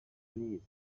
نیست